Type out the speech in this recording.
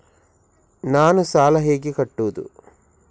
ನಾನು ಸಾಲ ಹೇಗೆ ಕಟ್ಟುವುದು?